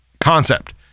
Concept